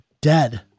dead